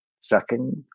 second